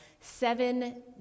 seven